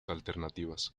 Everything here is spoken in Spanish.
alternativas